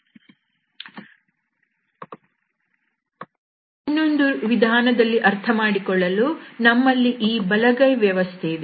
ಇನ್ನೊಂದು ವಿಧಾನದಲ್ಲಿ ಅರ್ಥಮಾಡಿಕೊಳ್ಳಲು ನಮ್ಮಲ್ಲಿ ಈ ಬಲಗೈ ವ್ಯವಸ್ಥೆಯಿದೆ